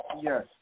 Yes